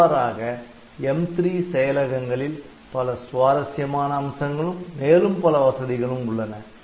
இவ்வாறாக M3 செயலகங்களில் பல சுவாரசியமான அம்சங்களும் மேலும் பல வசதிகளும் உள்ளன